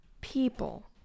people